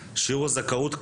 אני אנהל את הדיון.